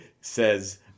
says